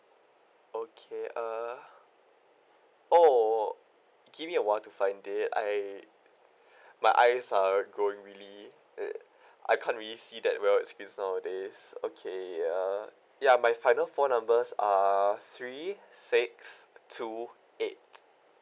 okay uh oh give me a while to find it I my eyes are growing really eh I can't really see that well my screen nowadays okay ya my final four numbers are three six two eight